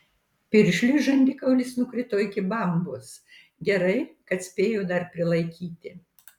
piršliui žandikaulis nukrito iki bambos gerai kad spėjo dar prilaikyti